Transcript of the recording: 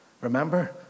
Remember